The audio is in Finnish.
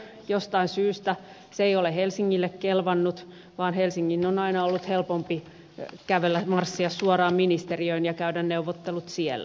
jostain syystä se ei ole helsingille kelvannut vaan helsingin on aina ollut helpompi marssia suoraan ministeriöön ja käydä neuvottelut siellä